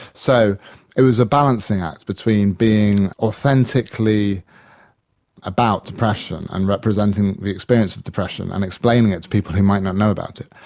so it was a balancing act between being authentically about depression and representing the experience of depression and explaining it to people who might not know about it,